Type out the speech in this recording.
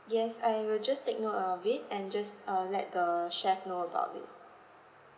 yes I will just take note of it and just uh let the chef know about it